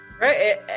Right